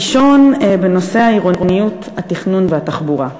הראשון, בנושא העירוניות, התכנון והתחבורה.